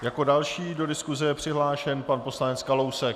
Jako další do diskuse je přihlášen pan poslanec Kalousek.